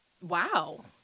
wow